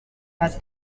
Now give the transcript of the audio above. has